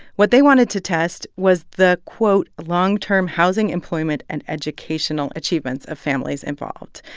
what they wanted to test was the, quote, long-term housing employment and educational achievements of families involved.